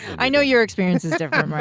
i know your experience is different, marc.